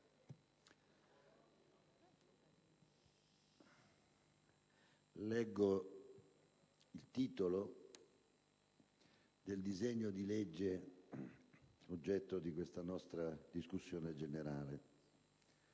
il titolo del disegno di legge oggetto di questa nostra discussione generale